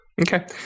Okay